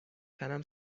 تنم